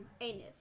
anus